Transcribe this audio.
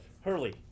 Hurley